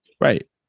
Right